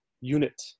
unit